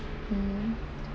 mm